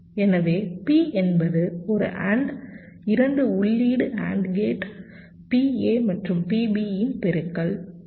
எனவே P என்பது ஒரு AND இரண்டு உள்ளீடு AND கேட் PA மற்றும் PB இன் பெருக்கல் 0